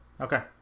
Okay